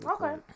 Okay